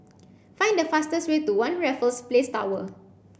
find the fastest way to One Raffles Place Tower